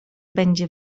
będzie